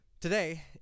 today